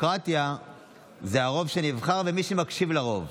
שדמוקרטיה זה הרוב שנבחר ומי שמקשיב לרוב.